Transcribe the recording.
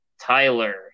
Tyler